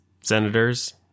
senators